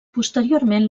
posteriorment